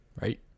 Right